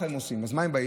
אז מה הם עושים?